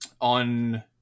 on